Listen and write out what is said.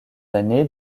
années